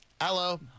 Hello